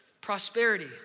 Prosperity